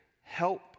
help